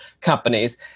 companies